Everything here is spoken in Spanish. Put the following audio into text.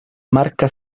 marca